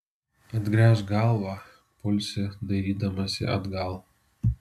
atgręžk galvą pulsi dairydamasi atgal